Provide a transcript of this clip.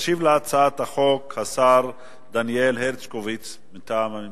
ישיב על הצעת החוק השר דניאל הרשקוביץ מטעם הממשלה.